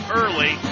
early